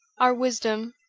our wisdom,